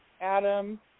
Adam